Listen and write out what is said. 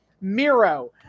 Miro